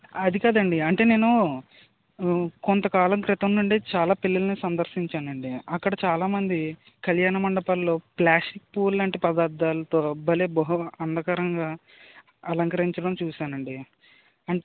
అది కాదు అండి అంటే నేను కొంతకాలం క్రితం నుండి చాలా పెళ్ళిళ్ళను సందర్శించాను అండి అక్కడ చాల మంది కళ్యాణమండపాలలో ప్లాస్టిక్ పువ్వులు లాంటి పదార్థాలతో భలే బహు అందంగా అలంకరించడం చూశాను అండి అంట్